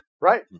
Right